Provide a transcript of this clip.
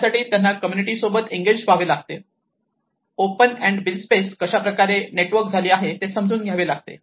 त्यासाठी त्यांना कम्युनिटी सोबत एंगेज व्हावे लागते ओपन अँड बिल्ड स्पेस कशाप्रकारे नेटवर्क झाली आहे ते समजून घ्यावी लागते